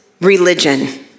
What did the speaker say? religion